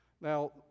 Now